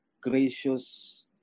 gracious